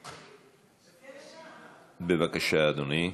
בבקשה, אדוני.